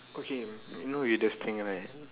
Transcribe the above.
okay you know weirdest thing right